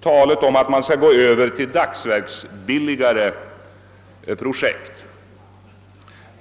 talet om att man skall gå över till dagsverksbilligare projekt.